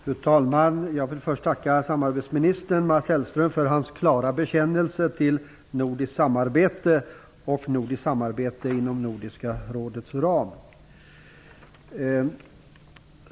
Fru talman! Jag vill först tacka samarbetsminister Mats Hellström för hans klara bekännelse till nordiskt samarbete och nordiskt samarbete inom Nordiska rådets ram.